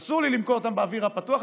אסור לי למכור אותם באוויר הפתוח.